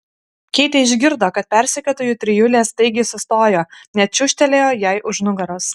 keitė išgirdo kad persekiotojų trijulė staigiai sustojo net čiūžtelėjo jai už nugaros